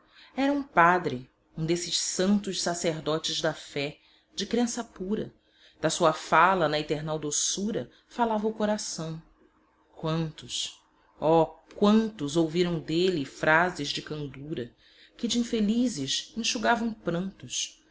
era um padre um desses santos sacerdotes da fé de crença pura da sua fala na eternal doçura falava o coração quantos oh quantos ouviram dele frases de candura que dinfelizes enxugavam prantos